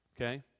Okay